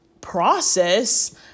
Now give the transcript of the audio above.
process